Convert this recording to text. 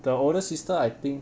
the oldest sister I think